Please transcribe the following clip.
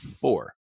four